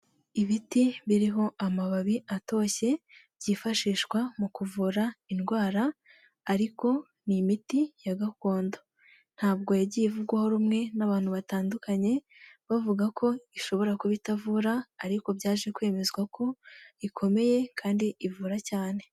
Ibiti biriho amababi atoshye byifashishwa mu kuvura indwara ariko ni imiti ya gakondo ntabwo yagiye ivugwaho rumwe n'abantu batandukanye bavuga ko ishobora kubitavura ariko byaje kwemezwa ko ikomeye kandi ivura cyane.